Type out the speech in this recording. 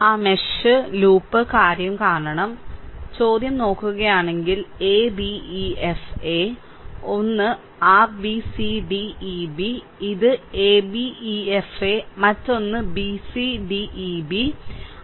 അതിനാൽ ചോദ്യം നോക്കുകയാണെങ്കിൽ a b e f a അതിനാൽ ഒന്ന് r b c d e b ഇത് a b e f a മറ്റൊന്ന് b c d e b